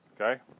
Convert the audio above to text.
Okay